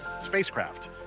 spacecraft